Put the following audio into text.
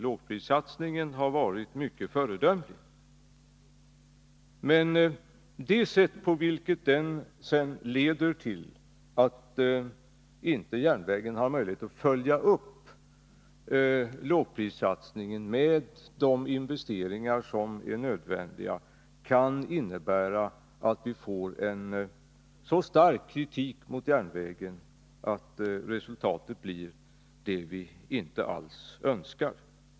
Lågprissatsningen har varit mycket föredömlig, men när järnvägen sedan inte har möjlighet att följa upp denna satsning med de investeringar som är nödvändiga, kan det innebära att vi får en så stark kritik mot järnvägen att resultatet blir det vi inte alls önskar.